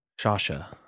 Sasha